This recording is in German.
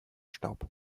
staub